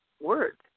Words